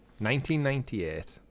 1998